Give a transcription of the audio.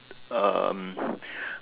um